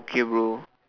okay bro